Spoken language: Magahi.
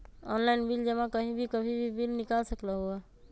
ऑनलाइन बिल जमा कहीं भी कभी भी बिल निकाल सकलहु ह?